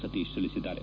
ಸತೀಶ್ ತಿಳಿಸಿದ್ದಾರೆ